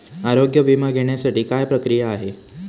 आरोग्य विमा घेण्यासाठी काय प्रक्रिया आहे?